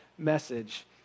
message